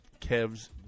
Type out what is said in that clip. Kev's